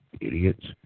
idiots